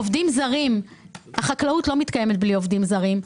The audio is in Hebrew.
עובדים זרים, החקלאות לא מתקיימת בלי עובדים זרים.